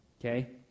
Okay